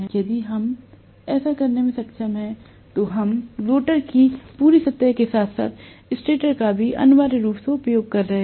यदि हम ऐसा करने में सक्षम हैं तो हम रोटर की पूरी सतह के साथ साथ स्टेटर का भी अनिवार्य रूप से उपयोग कर रहे हैं